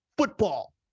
football